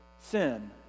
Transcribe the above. sin